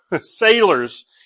sailors